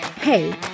hey